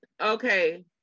okay